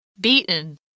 beaten